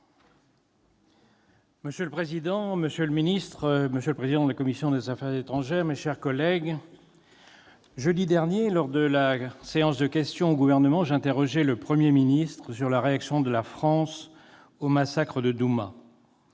Monsieur le président, monsieur le ministre, monsieur le président de la commission des affaires étrangères, mes chers collègues, jeudi dernier, lors des questions d'actualité au Gouvernement, j'interrogeais le Premier ministre sur la réaction de la France au massacre de Douma.